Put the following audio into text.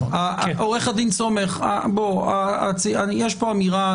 עו"ד סומך, יש פה אמירה.